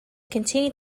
continue